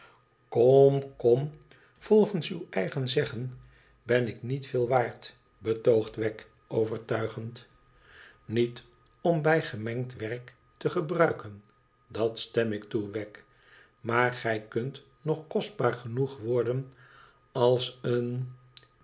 kom kom volgens uw eigen zeggen ben ik niet veel waard betoogt wegg overtuigend niet om bij gemengd werk te gebruiken dat stem ik toe wegg maar gij kunt nog kostbaar genoeg worden als een